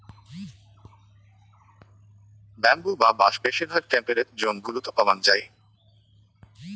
bamboo বা বাঁশ বেশিরভাগ টেম্পেরেট জোন গুলোত পাওয়াঙ যাই